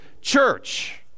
church